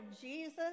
Jesus